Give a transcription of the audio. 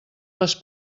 les